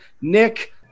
Nick